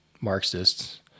Marxists